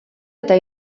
eta